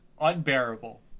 unbearable